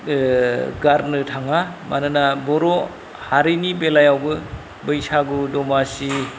गारनो थाङा मानोना बर' हारिनि बेलायावबो बैसागु दमासि